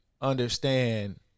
understand